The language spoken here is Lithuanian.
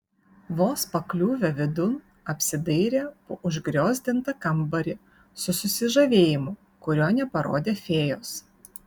vos pakliuvę vidun apsidairė po užgriozdintą kambarį su susižavėjimu kurio neparodė fėjos